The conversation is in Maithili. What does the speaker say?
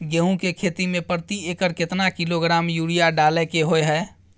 गेहूं के खेती में प्रति एकर केतना किलोग्राम यूरिया डालय के होय हय?